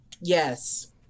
Yes